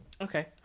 Okay